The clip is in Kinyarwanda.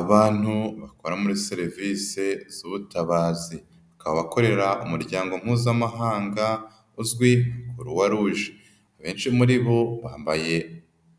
Abantu bakora muri serivisi z'ubutabazi, abakorera umuryango mpuzamahanga uzwi croixrouge, abenshi muri bo bambaye